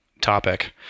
topic